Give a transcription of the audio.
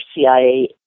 CIA